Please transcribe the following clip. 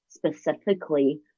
Specifically